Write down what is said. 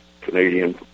Canadian